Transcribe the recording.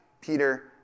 Peter